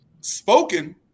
spoken